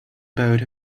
boat